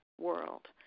world